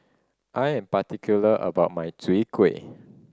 I am particular about my Chwee Kueh